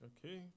Okay